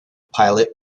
pilot